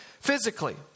physically